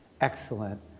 excellent